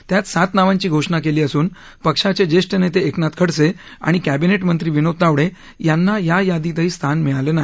त्यात सात नावांची घोषणा केली असून पक्षाचे ज्येष्ठ नेते एकनाथ खडसे आणि कॅबिनेट मंत्री विनोद तावडे यांना या यादीतही स्थान मिळालं नाही